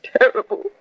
Terrible